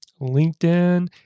LinkedIn